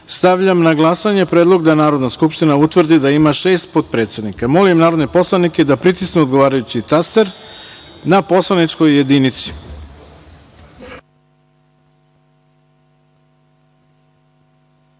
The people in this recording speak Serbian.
na glasanje predlog da Narodna skupština utvrdi da ima šest potpredsednika. Molim narodne poslanike da pritisnu odgovarajući taster na poslaničkoj